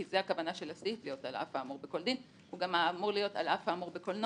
כי זו הכוונה של הסעיף להיות על האף האמור בכל דין,